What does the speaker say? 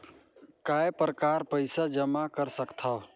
काय प्रकार पईसा जमा कर सकथव?